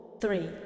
Three